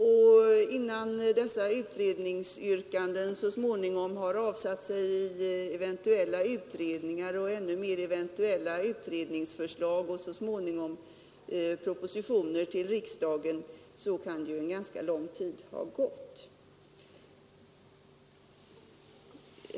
Innan dessa utredningsyrkanden så småningom har avsatt resultat i form av eventuella utredningar och ännu mer innan de resulterat i eventuella utredningsförslag och så småningom i propositioner till riksdagen, kan en ganska lång tid ha gått.